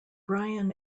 brian